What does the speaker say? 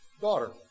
daughter